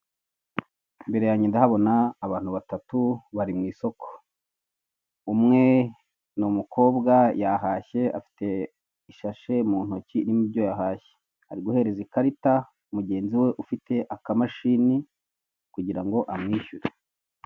Imbere yange ndahabona abantu batatu bari mwisoko, umwe ni umukobwa yahashye afite isashe muntoki irimo ibyo yahashye, ari guhereza ikarita. mugenzi we ufite akamashini kugirango amwishyure.